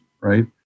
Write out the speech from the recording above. right